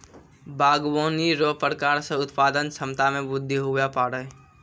बागवानी रो प्रकार से उत्पादन क्षमता मे बृद्धि हुवै पाड़ै